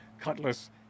cutlass